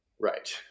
right